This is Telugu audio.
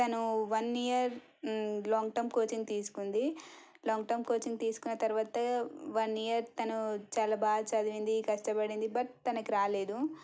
తను వన్ ఇయర్ లాంగ్టర్మ్ కోచింగ్ తీసుకుంది లాంగ్టర్మ్ కోచింగ్ తీసుకున్న తరువాత వన్ ఇయర్ తను చాలా బాగా చదివింది కష్టపడింది బట్ తనకి రాలేదు